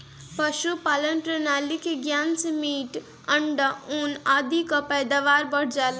पशुपालन प्रणाली के ज्ञान से मीट, अंडा, ऊन आदि कअ पैदावार बढ़ जाला